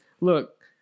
Look